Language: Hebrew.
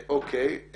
אוקיי,